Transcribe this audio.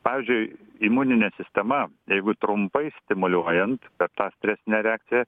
pavyzdžiui imuninė sistema jeigu trumpai stimuliuojant per tą stresinę reakciją